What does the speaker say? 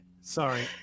Sorry